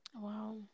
Wow